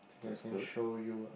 I can I can show you ah